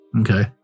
Okay